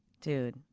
dude